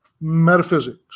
metaphysics